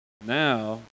Now